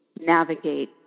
navigate